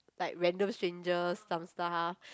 like random strangers some stuff